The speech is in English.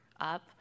up